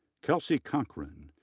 kelsey cochran,